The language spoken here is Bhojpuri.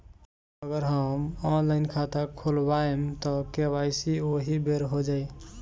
अगर हम ऑनलाइन खाता खोलबायेम त के.वाइ.सी ओहि बेर हो जाई